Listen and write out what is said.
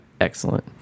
excellent